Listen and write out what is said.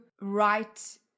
write